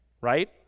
Right